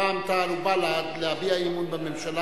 רע"ם-תע"ל ובל"ד להביע אי-אמון בממשלה